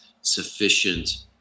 sufficient